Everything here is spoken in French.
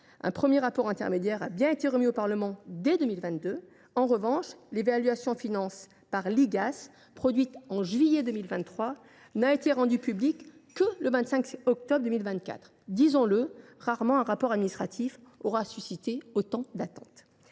Un premier rapport intermédiaire a bien été remis au Parlement dès 2022. En revanche, l’évaluation finale par l’Igas, produite en juillet 2023, n’a été rendue publique que le 25 octobre 2024. Il faut le reconnaître, rares sont les rapports administratifs ayant suscité autant d’attente.